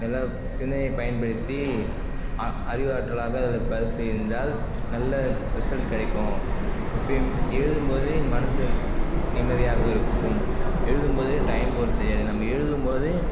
நிதா சிந்தனையைப் பயன்படுத்தி அ அறிவாற்றலாக அதற்கு பயிற்சி செய்திருந்தால் நல்ல ரிசல்ட் கிடைக்கும் எப்பயும் எழுதும்போது மனசு நிம்மதியாக இருக்கும் எழுதும்போது டைம் போகிறது தெரியாது நம்ம எழுதும்போது